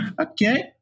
Okay